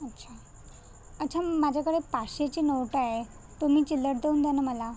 अच्छा अच्छा माज्याकडे पाचशेची नोट आहे तुम्ही चिल्लर देऊन द्या ना मला